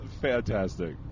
fantastic